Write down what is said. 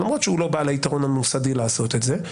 למרות שהוא לא בעל היתרון הממסדי לעשות את זה,